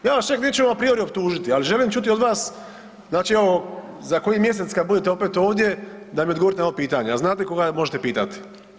Ja vas čak neću a priori optužiti, ali želim čuti od vas, znači za koji mjesec kad budete opet ovdje da mi odgovorite na ovo pitanje, a znate koga možete pitati.